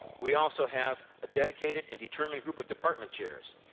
we also have a dedicated and determined group of department chairs.